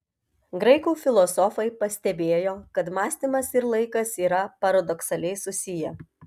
graikų filosofai pastebėjo kad mąstymas ir laikas yra paradoksaliai susiję